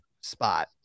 spot